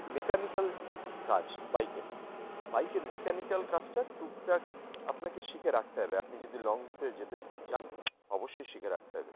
mechanical কাজ বাইকের বাইকের মেকানিক্যাল কাজটা টুকটাক আপনাকে শিখে রাখতে হবে আপনি যদি লং রুটে যেতে চান অবশ্যই শিখে রাখতে হবে